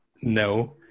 no